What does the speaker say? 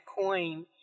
coin